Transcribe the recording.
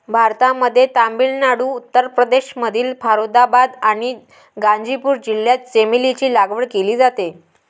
भारतामध्ये तामिळनाडू, उत्तर प्रदेशमधील फारुखाबाद आणि गाझीपूर जिल्ह्यात चमेलीची लागवड केली जाते